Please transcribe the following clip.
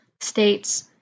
states